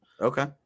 Okay